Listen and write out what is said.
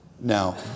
now